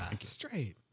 straight